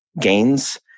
gains